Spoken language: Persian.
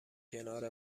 کنار